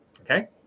okay